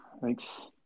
Thanks